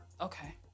Okay